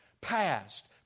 past